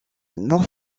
north